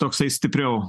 toksai stipriau